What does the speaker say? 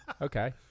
Okay